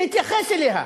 להתייחס אליה.